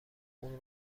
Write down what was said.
اون